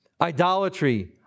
idolatry